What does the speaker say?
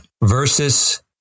versus